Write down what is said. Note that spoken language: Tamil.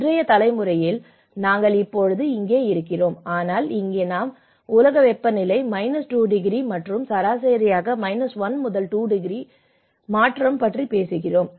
இன்றைய தலைமுறையில் நாங்கள் இப்போது இங்கே இருக்கிறோம் ஆனால் இங்கே நாம் உலக வெப்பநிலையின் மைனஸ் 2 டிகிரி மற்றும் சராசரியாக 1 முதல் 1 டிகிரி மாற்றம் பற்றி பேசுகிறோம்